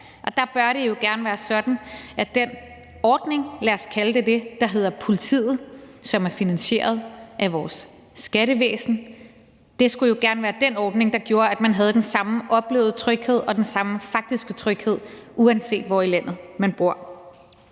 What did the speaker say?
Det bør jo være sådan, at den ordning – lad os kalde det det – der hedder politiet, og som er finansieret af vores skattekroner, gerne skulle være den ordning, der gør, at man har den samme oplevede tryghed og den samme faktiske tryghed, uanset hvor i landet man bor.